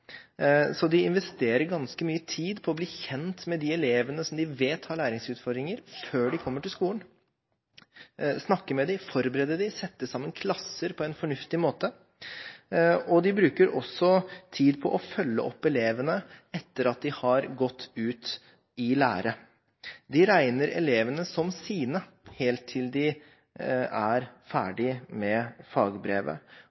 Så de investerer ganske mye tid med hensyn til å bli kjent med de elevene som de vet har læringsutfordringer, før de kommer til skolen – snakke med dem, forberede dem, sette sammen klasser på en fornuftig måte – og de bruker også tid på å følge opp elevene etter at de har gått ut i lære. De regner elevene som sine helt til de er ferdige med fagbrevet,